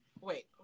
Wait